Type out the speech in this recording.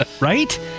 right